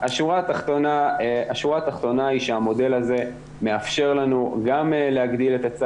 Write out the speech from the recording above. השורה התחתונה היא שהמודל הזה מאפשר לנו גם להגדיל את היצע